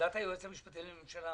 עמדת היועץ המשפטי לממשלה